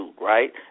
right